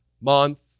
month